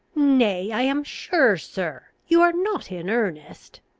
nay, i am sure, sir you are not in earnest?